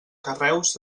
carreus